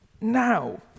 now